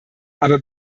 aber